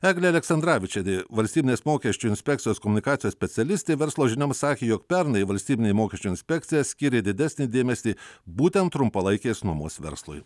eglė aleksandravičienė valstybinės mokesčių inspekcijos komunikacijos specialistė verslo žinioms sakė jog pernai valstybinė mokesčių inspekcija skyrė didesnį dėmesį būtent trumpalaikės nuomos verslui